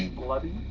bloody?